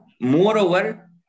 moreover